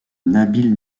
nabil